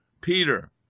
Peter